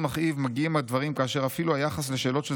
מכאיב מגיעים הדברים כאשר אפילו היחס לשאלות של